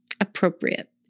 appropriate